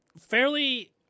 fairly